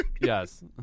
Yes